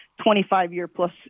25-year-plus